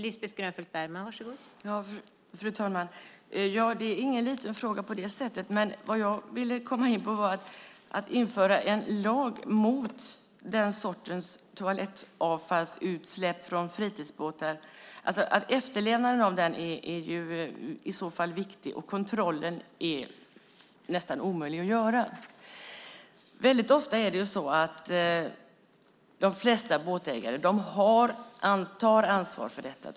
Fru talman! Nej, det är ingen liten fråga, men att lagstifta mot toalettavfallsutsläpp från fritidsbåtar tror jag inte på. Efterlevnaden av den är i så fall viktig och kontrollen nästan omöjlig att göra. De flesta båtägare tar ansvar för avfallet.